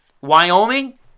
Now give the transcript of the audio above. Wyoming